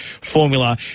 formula